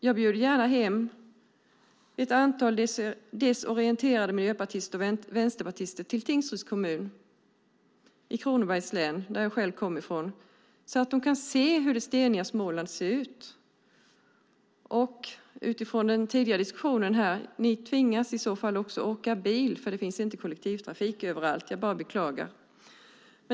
Jag bjuder gärna hem ett antal desorienterade miljöpartister och vänsterpartister till Tingsryds kommun, i Kronobergs län, som jag kommer från, så att de kan se hur det steniga Småland ser ut. I så fall tvingas de åka bil, utifrån den tidigare diskussionen här, eftersom det inte finns kollektivtrafik överallt - det är bara att beklaga.